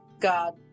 God